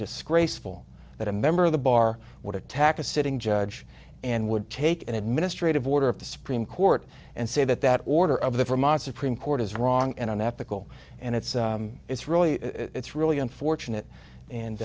disgraceful that a member of the bar would attack a sitting judge and would take an administrative order of the supreme court and say that that order of the from on supreme court is wrong and unethical and it's it's really it's really unfortunate